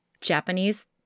Japanese